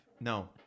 No